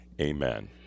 amen